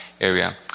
area